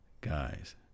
guys